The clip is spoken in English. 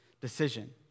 decision